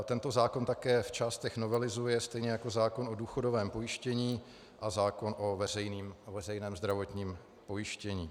Tento zákon také v částech novelizuje, stejně jako zákon o důchodovém pojištění a zákon o veřejném zdravotním pojištění.